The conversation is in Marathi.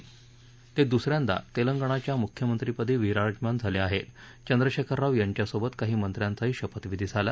तक्रिसऱ्यांदा तस्तीणाच्या मुख्यमंत्रीपदी विराजमान झालखाहत चंद्रशखर राव यांच्यासोबत काही मंत्र्यांचाही शपथविधी झाला